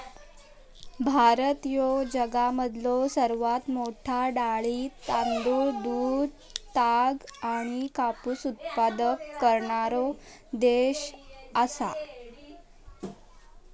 भारत ह्यो जगामधलो सर्वात मोठा डाळी, तांदूळ, दूध, ताग आणि कापूस उत्पादक करणारो देश आसा